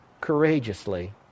courageously